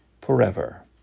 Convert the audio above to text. forever